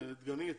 דגנית,